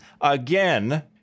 again